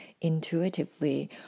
intuitively